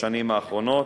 בשנים האחרונות.